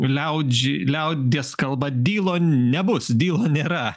liaudžiai liaudies kalba dylo nebus dylo nėra